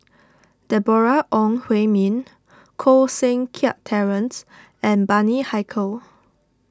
Deborah Ong Hui Min Koh Seng Kiat Terence and Bani Haykal